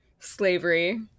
slavery